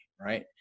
right